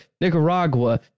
Nicaragua